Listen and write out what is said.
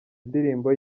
indirimbo